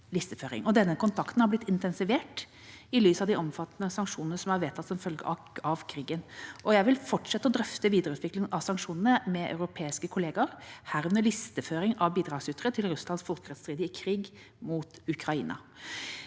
Denne kontakten har blitt intensivert i lys av de omfattende sanksjonene som er vedtatt som følge av krigen. Jeg vil fortsette å drøfte videreutvikling av sanksjonene med europeiske kollegaer, herunder listeføring av bidragsytere til Russlands folkerettsstridige krig mot Ukraina.